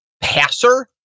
passer